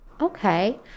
Okay